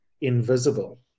invisible